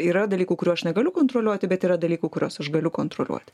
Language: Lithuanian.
yra dalykų kurių aš negaliu kontroliuoti bet yra dalykų kuriuos aš galiu kontroliuoti